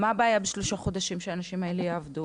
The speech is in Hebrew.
מה הבעיה בשלושת החודשים האלה שהאנשים יעבדו?